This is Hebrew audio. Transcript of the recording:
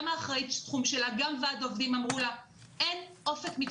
גם האחראית תחום שלה וגם ועד העובדים